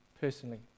personally